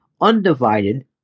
undivided